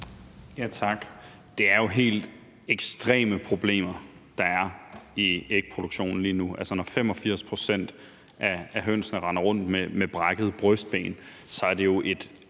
Tak. Det er jo helt ekstreme problemer, der er i ægproduktionen lige nu. Når 85 pct. af hønsene render rundt med et brækket brystben, er det jo et